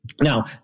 Now